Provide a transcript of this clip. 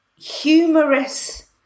humorous